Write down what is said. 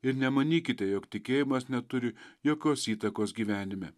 ir nemanykite jog tikėjimas neturi jokios įtakos gyvenime